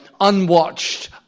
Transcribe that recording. unwatched